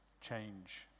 change